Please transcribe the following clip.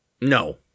No